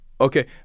Okay